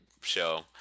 show